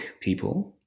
people